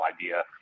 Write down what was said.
idea